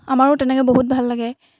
আমাৰো তেনেকৈ বহুত ভাল লাগে